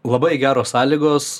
labai geros sąlygos